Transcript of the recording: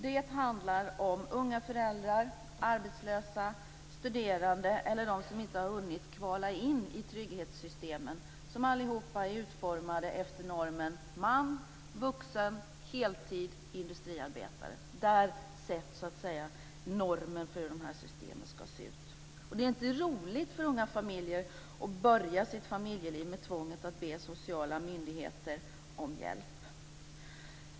Det handlar om unga föräldrar, arbetslösa, studerande eller de som inte har hunnit kvala in i trygghetssystemen. Allt är utformat efter normen man, vuxen, heltid, industriarbetare. Där sätts normen för hur de här systemen ska se ut. Det är inte roligt för unga familjer att börja sitt familjeliv med tvånget att be sociala myndigheter om hjälp.